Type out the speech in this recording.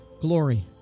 glory